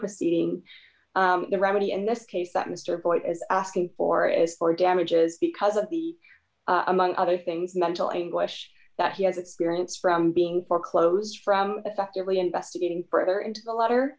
proceeding the remedy in this case that mr boies is asking for is for damages because of the among other things mental anguish that he has experience from being foreclosed from effectively investigating further into the letter